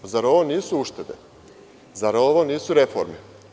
Zar ovo nisu uštede, zar ovo nisu reforme?